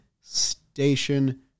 Station